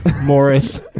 Morris